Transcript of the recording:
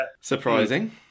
Surprising